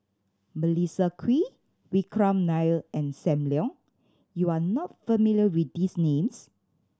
Melissa Kwee Vikram Nair and Sam Leong you are not familiar with these names